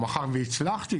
מאחר והצלחתי,